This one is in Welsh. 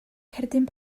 cerdyn